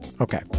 Okay